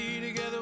together